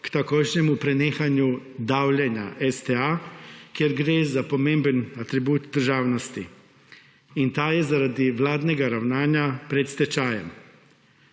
k takojšnjemu prenehanju davljenja STA, ker gre za pomemben atribut državnosti in ta je, zaradi vladnega ravnanja pred stečajem.